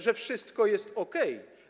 Że wszystko jest okej.